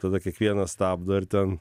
tada kiekvienas stabdo ir ten